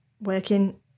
working